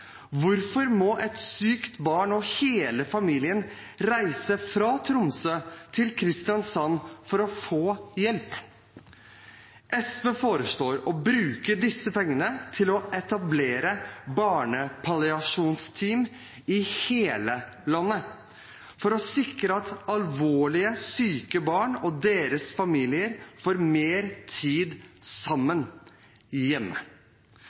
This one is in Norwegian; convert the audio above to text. Hvorfor må et sykt barn og hele familien reise fra Tromsø til Kristiansand for å få hjelp? SV foreslår å bruke disse pengene til å etablere barnepalliasjonsteam i hele landet for å sikre at alvorlig syke barn og deres familier får mer tid sammen hjemme.